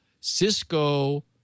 Cisco